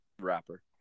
rapper